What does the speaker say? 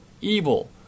evil